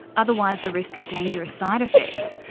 otherwise the risk of dangerous side-effects,